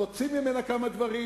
נוציא ממנה כמה דברים,